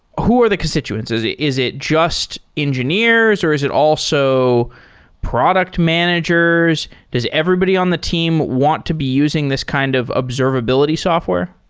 who are the constituencies? is it just engineers or is it also product managers? does everybody on the team want to be using this kind of observability software?